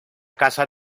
casa